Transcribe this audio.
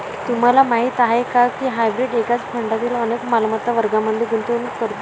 तुम्हाला माहीत आहे का की हायब्रीड एकाच फंडातील अनेक मालमत्ता वर्गांमध्ये गुंतवणूक करते?